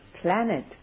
planet